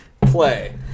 Play